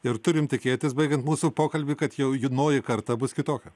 ir turim tikėtis baigiant mūsų pokalbį kad jaunoji karta bus kitokia